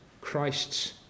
Christ's